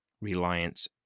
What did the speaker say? reliance